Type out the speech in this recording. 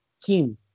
team